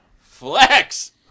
Flex